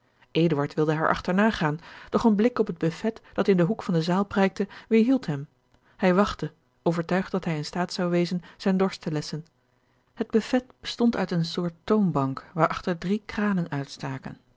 wilde haar achterna gaan doch een blik op het buffet dat in den hoek van de zaal prijkte weêrhield hem hij wachtte overtuigd dat hij in staat zou wezen zijn dorst te lesschen het buffet bestond uit eene soort toonbank waarachter drie kranen uitstaken